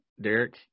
Derek –